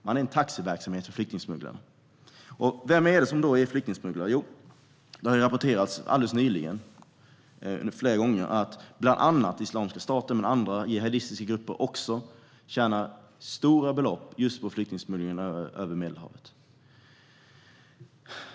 Man är en taxiverksamhet för flyktingsmugglarna. Vilka är då flyktingsmugglarna? Det har flera gånger rapporterats att Islamiska staten och andra jihadistiska grupper tjänar stora belopp på just flyktingsmuggling över Medelhavet.